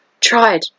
tried